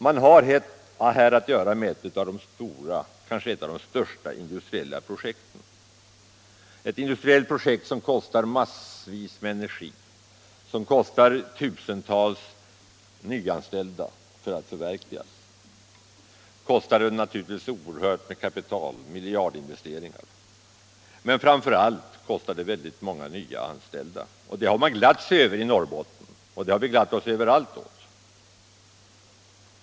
Man har här att göra med ett av de största industriella projekten i svensk historia, ett industriellt projekt som kostar massvis med energi, som kräver tusentals nyanställda för att förverkligas och som kostar oerhört mycket kapital — miljardinvesteringar. Men framför allt kräver det många nyanställda, och det har man glatt sig åt i Norrbotten och det har vi glatt oss åt överallt i landet.